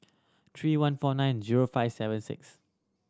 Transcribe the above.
three one four nine zero five seven six